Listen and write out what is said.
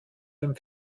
dem